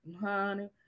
honey